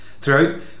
Throughout